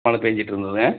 மழை பேஞ்சுட்ருந்துதுங்க